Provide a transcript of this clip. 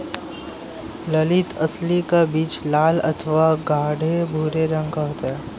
ललीत अलसी का बीज लाल अथवा गाढ़े भूरे रंग का होता है